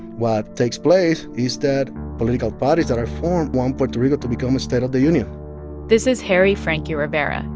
what takes place is that political parties that are formed want puerto rico to become a state of the union this is harry franqui-rivera.